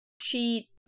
She-